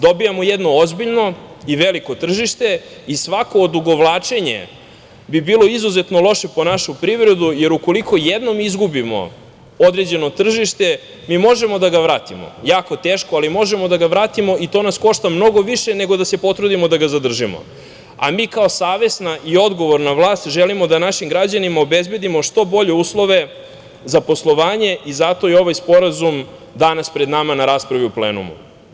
Dobijamo jedno ozbiljno i veliko tržište i svako odugovlačenje bi bilo izuzetno loše po našu privredu, jer ukoliko jednom izgubimo određeno tržište, mi možemo da ga vratimo, jako teško, ali možemo da ga vratimo i to nas košta mnogo više nego da se potrudimo da za zadržimo, a mi kao savesna i odgovorna vlast želimo da našim građanima obezbedimo što bolje uslove za poslovanje i zato je i ovaj sporazum danas pred nama na raspravi u plenumu.